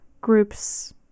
groups